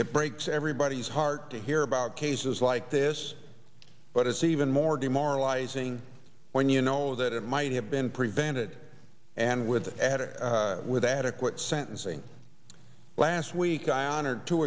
it breaks everybody's heart to hear about cases like this but it's even more demoralizing when you know that it might have been prevented and with that added with adequate sentencing last week i honor